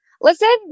listen